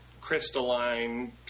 crystalline